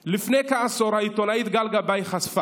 לפני כעשור העיתונאית גל גבאי חשפה